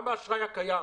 גם באשראי הקיים,